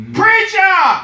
preacher